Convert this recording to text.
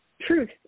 truth